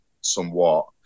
somewhat